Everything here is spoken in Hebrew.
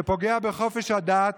זה פוגע בחופש הדת.